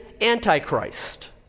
antichrist